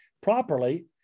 properly